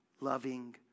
loving